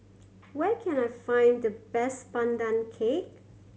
where can I find the best Pandan Cake